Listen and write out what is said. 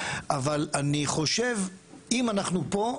אבל אני חושב אם אנחנו פה,